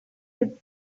had